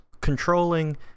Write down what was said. controlling